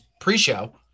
pre-show